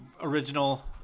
original